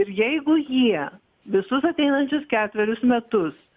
ir jeigu jie visus ateinančius ketverius metus